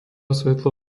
svetlo